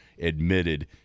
admitted